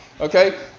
Okay